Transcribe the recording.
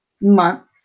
month